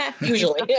Usually